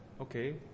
okay